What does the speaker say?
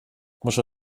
może